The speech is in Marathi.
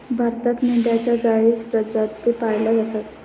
भारतात मेंढ्यांच्या चाळीस प्रजाती पाळल्या जातात